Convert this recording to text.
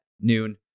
noon